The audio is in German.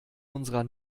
unserer